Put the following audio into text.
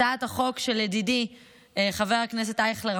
הצעת החוק של ידידי חבר הכנסת אייכלר,